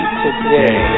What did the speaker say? today